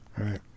right